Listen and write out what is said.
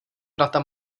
vrata